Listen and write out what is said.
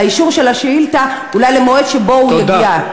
האישור של השאילתה אולי למועד שבו הוא יגיע.